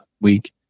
week